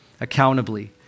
accountably